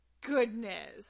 goodness